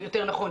יותר נכון,